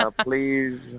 Please